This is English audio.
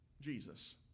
Jesus